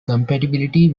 compatibility